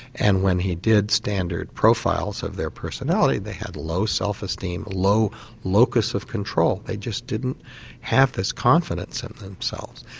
and when he did standard profiles of their personality they had low self-esteem, low locus of control, they just didn't have this confidence in themselves.